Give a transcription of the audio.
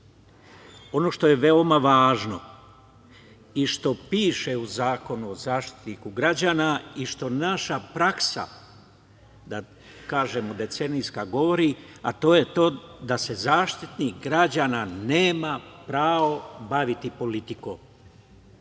ono što je veoma važno i što piše u Zakonu o Zaštitniku građana i što naša decenijska praksa govori a to je da se Zaštitnik građana nema pravo baviti politikom,